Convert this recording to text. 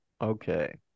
Okay